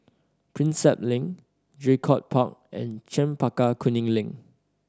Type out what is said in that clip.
Prinsep Link Draycott Park and Chempaka Kuning Link